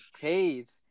paid